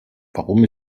warum